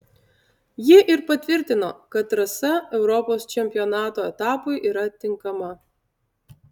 ji ir patvirtino kad trasa europos čempionato etapui yra tinkama